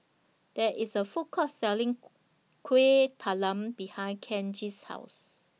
There IS A Food Court Selling Kuih Talam behind Kenji's House